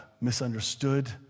misunderstood